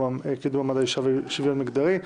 לקידום מעמד האישה ושוויון מגדרי.